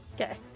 Okay